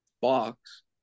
box